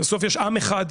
בסוף יש עם אחד,